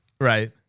Right